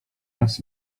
raz